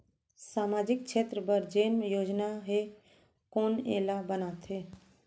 सामाजिक क्षेत्र बर जेन योजना हे कोन एला बनाथे?